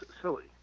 silly